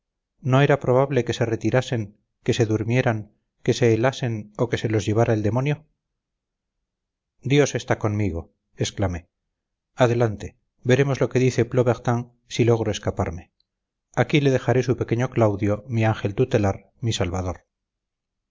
no era probable que se retirasen que se durmieran que se helasen o que se los llevara el demonio dios está conmigo exclamé adelante veremos lo que dice plobertin si logro escaparme aquí le dejaré su pequeño claudio mi ángel tutelar mi salvador